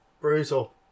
Brutal